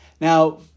Now